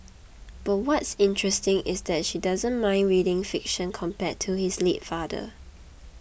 but what's interesting is that she doesn't mind reading fiction compared to his late father